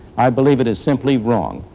i believe it is simply wrong.